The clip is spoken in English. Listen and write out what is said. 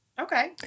Okay